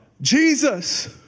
Jesus